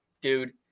dude